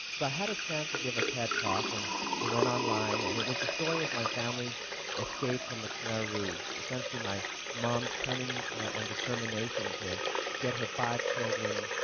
so i had a chance to give a ted talk and it went online and it was the story of my familys escape from the khmer rouge, essentially my mom's cunning and determination to get her five children,